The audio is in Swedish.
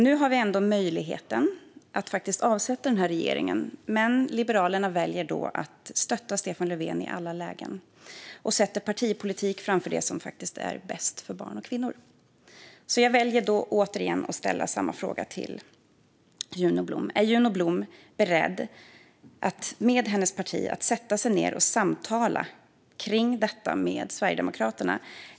Nu har vi ändå möjligheten att faktiskt avsätta regeringen, men Liberalerna väljer då att stötta Stefan Löfven i alla lägen. De sätter partipolitik framför det som är bäst för barn och kvinnor. Jag väljer därför att återigen ställa samma fråga till Juno Blom: Är Juno Blom beredd att med sitt parti sätta sig ned och samtala om detta med Sverigedemokraterna?